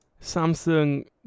Samsung